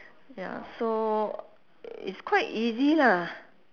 ya so it's quite easy lah